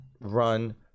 run